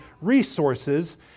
resources